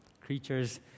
creatures